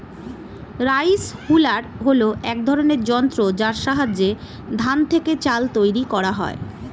rice huller হল এক ধরনের যন্ত্র যার সাহায্যে ধান থেকে চাল তৈরি করা হয়